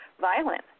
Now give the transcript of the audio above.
violent